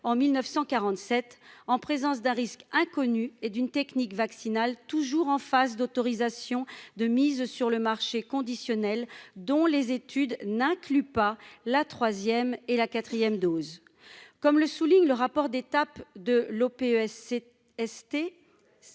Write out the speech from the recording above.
en 1947 en présence d'un risque inconnu et d'une technique vaccinal, toujours en phase d'autorisation de mise sur le marché conditionnelle dont les études n'inclut pas la troisième et la quatrième, comme le souligne le rapport d'étape de l'OPS